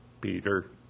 Peter